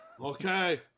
Okay